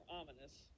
ominous